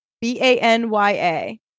B-A-N-Y-A